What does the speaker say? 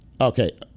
okay